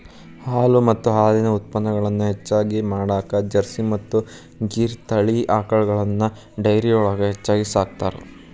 ಹಾಲು ಮತ್ತ ಹಾಲಿನ ಉತ್ಪನಗಳನ್ನ ಹೆಚ್ಚಗಿ ಮಾಡಾಕ ಜರ್ಸಿ ಮತ್ತ್ ಗಿರ್ ತಳಿ ಆಕಳಗಳನ್ನ ಡೈರಿಯೊಳಗ ಹೆಚ್ಚಾಗಿ ಸಾಕ್ತಾರ